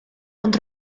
ond